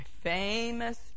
famous